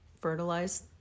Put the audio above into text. fertilize